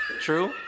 True